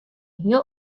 hiel